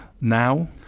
now